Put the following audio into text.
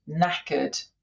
knackered